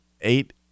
eight